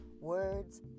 words